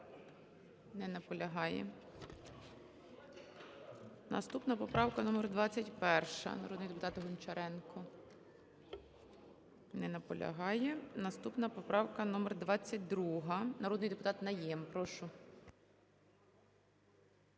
Не наполягає. Наступна поправка номер 21. Народний депутат Гончаренко. Не наполягає. Наступна поправка номер 22. Народний депутат Найєм. Прошу.